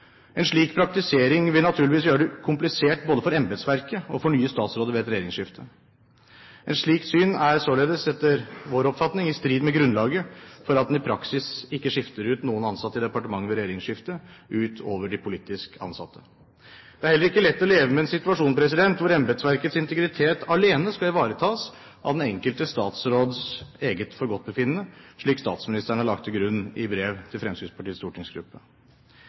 En slik praktisering vil naturligvis gjøre det komplisert både for embetsverket og for nye statsråder ved et regjeringsskifte. Et slikt syn er således etter vår oppfatning i strid med grunnlaget for at en i praksis ikke skifter ut noen ansatte i departementene ved regjeringsskifter utover de politisk ansatte. Det er heller ikke lett å leve med en situasjon hvor embetsverkets integritet alene skal ivaretas av den enkelte statsråds eget forgodtbefinnende, slik statsministeren har lagt til grunn i brev til Fremskrittspartiets stortingsgruppe.